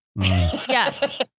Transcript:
Yes